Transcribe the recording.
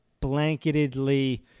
blanketedly